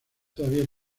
todavía